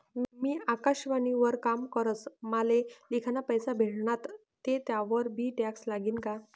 मी आकाशवाणी वर काम करस माले लिखाना पैसा भेटनात ते त्यावर बी टॅक्स लागी का?